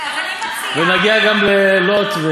ונגיע גם ללוט: